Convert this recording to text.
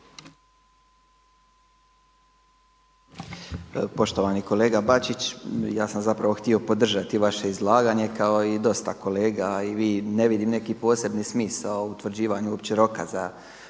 Poštovani kolega Bačić, ja sam zapravo htio podržati vaše izlaganje kao i dosta kolega a i vi. Ne vidim neki posebni smisao utvrđivanju uopće roka za